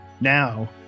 Now